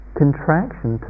contraction